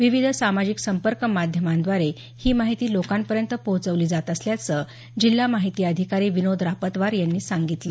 विविध सामाजिक संपर्क माध्यमांद्वारे ही माहिती लोकांपर्यंत पोहचवली जात असल्याचं जिल्हा माहिती अधिकारी विनोद रापतवार यांनी सांगितलं